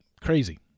crazy